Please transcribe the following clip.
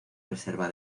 reserva